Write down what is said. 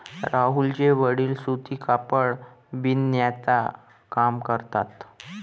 राहुलचे वडील सूती कापड बिनण्याचा काम करतात